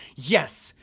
yes.